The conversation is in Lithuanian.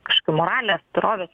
kažkokių moralės dorovės